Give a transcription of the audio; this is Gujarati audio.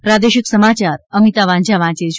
પ્રાદેશિક સમાચાર અમિતા વાંઝા વાંચે છે